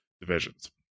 divisions